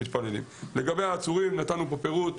לגבי העצורים, נתנו פה פירוט.